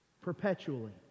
Perpetually